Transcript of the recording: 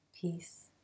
peace